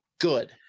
good